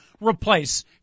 replace